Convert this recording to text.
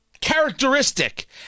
characteristic